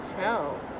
tell